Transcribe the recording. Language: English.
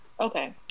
Okay